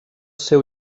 seu